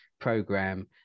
program